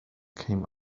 came